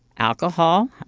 alcohol.